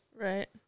Right